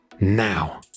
now